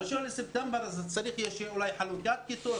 ב-1 בספטמבר אולי תהיה חלוקת כיתות.